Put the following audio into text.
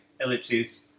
ellipses